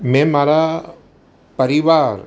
મેં મારા પરિવાર